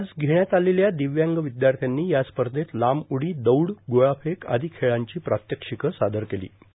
आज घेण्यात आलेल्या ादव्यांग र्यावद्याथ्यानी या स्पधत लांब उडी दौड गोळा फेक आदा खेळांची प्रात्यक्षिकं सादर केलो